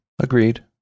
Agreed